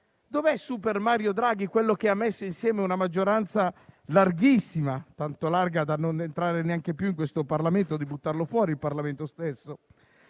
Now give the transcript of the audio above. Dov'è super Mario Draghi, quello che ha messo insieme una maggioranza larghissima, tanto larga da non entrare neanche più in questo Parlamento e da buttare fuori il Parlamento stesso?